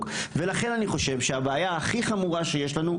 ולכן אני חושב שהבעיה הכי חמורה שיש לנו,